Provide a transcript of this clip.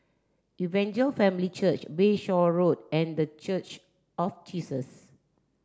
Evangel Family Church Bayshore Road and The Church of Jesus